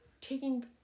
taking